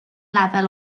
lefel